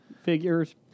figures